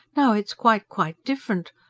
now, it's quite, quite different.